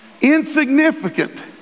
insignificant